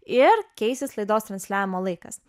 ir keisis laidos transliavimo laikas